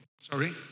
Sorry